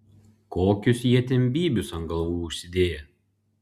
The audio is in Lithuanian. kokius jie ten bybius ant galvų užsidėję